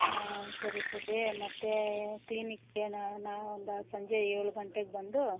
ಹಾಂ ಸರಿ ಸರಿ ಮತ್ತು ಕ್ಲಿನಿಕ್ಗೆ ನಾ ನಾ ಒಂದು ಸಂಜೆ ಏಳು ಗಂಟೆಗೆ ಬಂದು